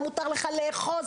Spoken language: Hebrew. מותר לך לאחוז,